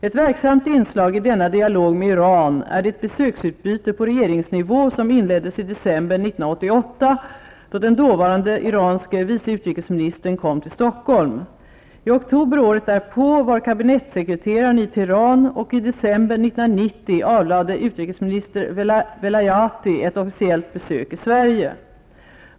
Ett verksamt inslag i denna dialog med Iran är det besöksutbyte på regeringsnivå som inleddes i december 1988, då den dåvarande iranske vice utrikesministern kom till Stockholm. I oktober året därpå var kabinettssekreteraren i Teheran, och i december 1990 avlade utrikesminister Velayati ett officiellt besök i Sverige.